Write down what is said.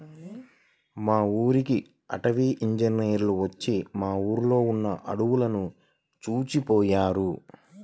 మా ఊరికి అటవీ ఇంజినీర్లు వచ్చి మా ఊర్లో ఉన్న అడువులను చూసిపొయ్యారు